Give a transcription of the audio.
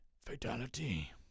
fatality